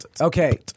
Okay